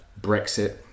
Brexit